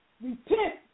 Repent